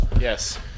Yes